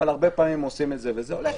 הרבה פעמים עושים את זה וזה הולך.